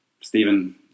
Stephen